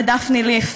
לדפני ליף,